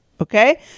Okay